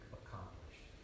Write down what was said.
accomplished